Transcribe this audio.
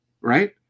Right